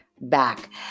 back